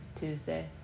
Tuesday